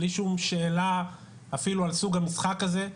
בלי שום שאלה אפילו על סוג המשחק הזה,